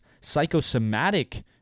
psychosomatic